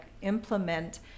implement